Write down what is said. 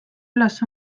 üles